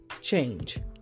change